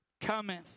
cometh